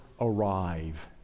arrive